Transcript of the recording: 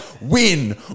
win